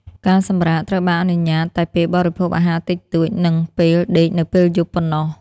ការសម្រាកត្រូវបានអនុញ្ញាតតែពេលបរិភោគអាហារតិចតួច និងពេលដេកនៅពេលយប់ប៉ុណ្ណោះ។